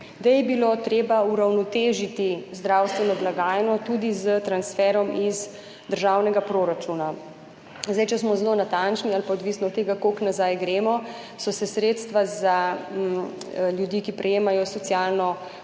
da je bilo treba uravnotežiti zdravstveno blagajno tudi s transferjem iz državnega proračuna. Če smo zelo natančni ali pa odvisno od tega, koliko nazaj gremo, so se sredstva za ljudi, ki prejemajo socialno